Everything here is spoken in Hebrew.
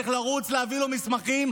צריך לרוץ להביא לו מסמכים,